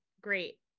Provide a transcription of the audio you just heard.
great